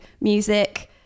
music